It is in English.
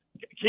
keep